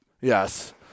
Yes